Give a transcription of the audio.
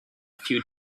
few